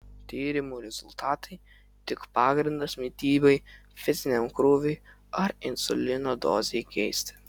tyrimų rezultatai tik pagrindas mitybai fiziniam krūviui ar insulino dozei keisti